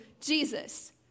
Jesus